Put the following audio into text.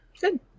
Good